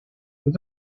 does